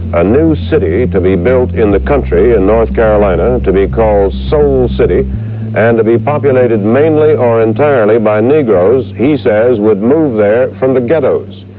a new city to be built in the country in north carolina to be called soul city and to be populated mainly or entirely by negroes, he says would move there from the ghettos.